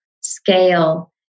scale